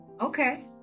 Okay